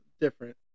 Different